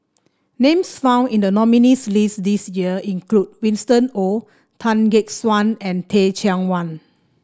names found in the nominees' list this year include Winston Oh Tan Gek Suan and Teh Cheang Wan